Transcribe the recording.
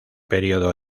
período